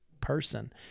person